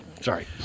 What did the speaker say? Sorry